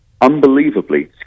unbelievably